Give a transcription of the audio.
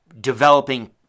developing